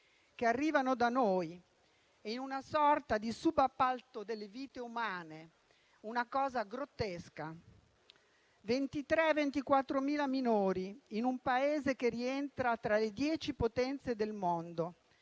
che arrivano da noi, in una sorta di subappalto delle vite umane, una cosa grottesca: 23.000-24.000 minori, in un Paese che rientra tra le dieci potenze del mondo,